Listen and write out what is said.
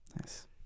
Nice